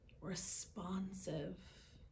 responsive